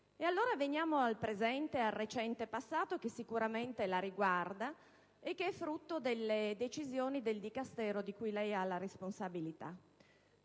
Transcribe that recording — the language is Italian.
E allora veniamo al presente e al recente passato, che sicuramente la riguarda e che è frutto delle decisioni del Dicastero di cui lei ha la responsabilità.